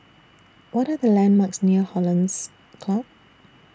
What Are The landmarks near Hollandse Club